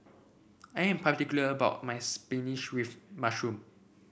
I am particular about my spinach with mushroom